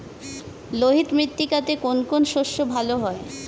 লোহিত মৃত্তিকাতে কোন কোন শস্য ভালো হয়?